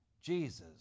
Jesus